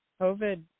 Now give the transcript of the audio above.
COVID